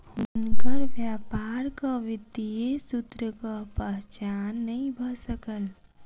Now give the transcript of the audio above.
हुनकर व्यापारक वित्तीय सूत्रक पहचान नै भ सकल